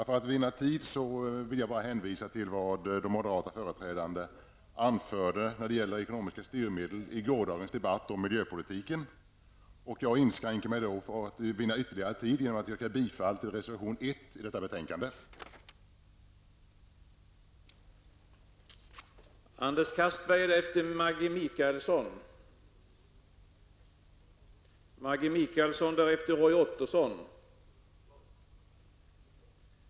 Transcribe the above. Herr talman! För att vinna tid vill jag bara hänvisa till vad de moderata företrädarna anförde om ekonomiska styrmedel i gårdagens debatt om miljöpolitiken. För att vinna ytterligare tid, inskränker jag mig också till att yrka bifall till reservation 1 vid skatteutskottets betänkande 24.